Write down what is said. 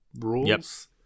rules